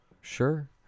Sure